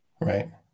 Right